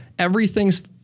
everything's